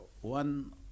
one